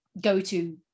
go-to